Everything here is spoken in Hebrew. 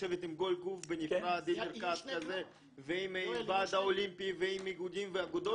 לשבת עם כל גוף בנפרד ועם הוועד האולימפי ועם איגודים ואגודות